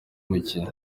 mukinnyi